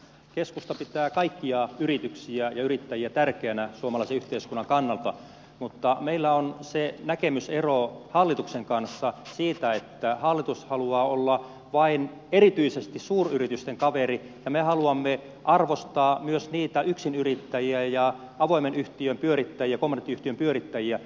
keskusta pitää kaikkia yrityksiä ja yrittäjiä tärkeinä suomalaisen yhteiskunnan kannalta mutta meillä on näkemysero hallituksen kanssa siitä että hallitus haluaa olla vain erityisesti suuryritysten kaveri ja me haluamme arvostaa myös niitä yksinyrittäjiä ja avoimen yhtiön ja kommandiittiyhtiön pyörittäjiä